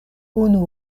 unu